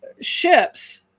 ships